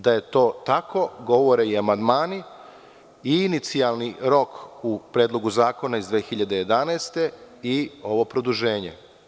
Da je to tako, govore i amandmani i inicijalni rok u Predlogu zakona iz 2011. godine i ovo produženje.